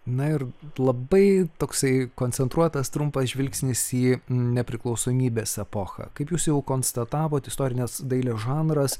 na ir labai toksai koncentruotas trumpas žvilgsnis į nepriklausomybės epochą kaip jūs konstatavot istorinės dailės žanras